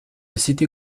city